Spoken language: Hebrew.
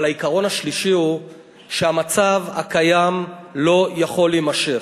אבל העיקרון השלישי הוא שהמצב הקיים לא יכול להימשך.